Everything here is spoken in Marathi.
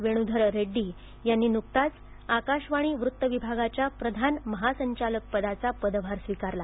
वेणूधर रेड्डी यांनी नुकताच आकाशवाणी वृत्तविभागाच्या प्रधान महासंचालकपदाचा पदभार स्वीकारला